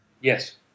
Yes